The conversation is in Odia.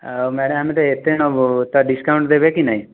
ଆଉ ମ୍ୟାଡ଼ାମ ଆମେ ତ ଏତେ ନେବୁ ତ ଡିସ୍କାଉଣ୍ଟ ଦେବେ କି ନାହିଁ